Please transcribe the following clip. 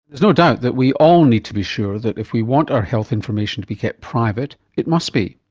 there's no doubt that we all need to be sure that if we want our health information to be kept private, it must be.